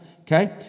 okay